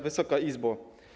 Wysoka Izbo!